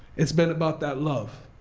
it's been about that love,